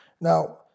Now